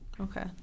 okay